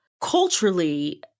culturally